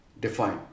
define